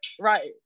Right